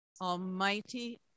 almighty